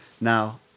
now